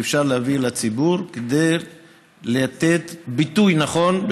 שאפשר להביא לציבור, כדי לתת ביטוי נכון.